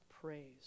praise